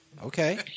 Okay